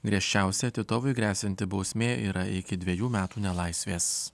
griežčiausia titovui gresianti bausmė yra iki dvejų metų nelaisvės